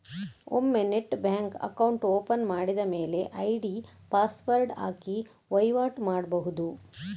ಒಮ್ಮೆ net bank account open ಮಾಡಿದ ಮೇಲೆ ಐಡಿ ಪಾಸ್ವರ್ಡ್ ಹಾಕಿ ವೈವಾಟು ಮಾಡ್ಬಹುದು